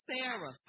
Sarah